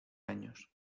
años